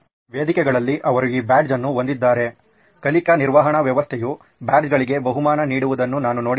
ವೇದಿಕೆಗಳಲ್ಲಿ ಅವರು ಈ ಬ್ಯಾಡ್ಜ್ ಹೊಂದಿದ್ದಾರೆ ಕಲಿಕಾ ನಿರ್ವಹಣಾ ವ್ಯವಸ್ಥೆಯೂ ಬ್ಯಾಡ್ಜ್ಗಳಿಗೆ ಬಹುಮಾನ ನೀಡುವುದನ್ನು ನಾನು ನೋಡಿದ್ದೇನೆ